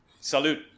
salute